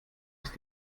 ist